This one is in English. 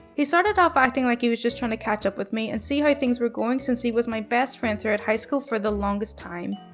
he started off acting like he was just trying to catch up with me and see how things were going since he was my best friend throughout high school for the longest time.